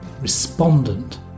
respondent